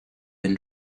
been